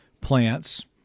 plants